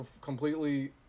completely